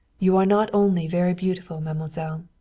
you are not only very beautiful, mademoiselle,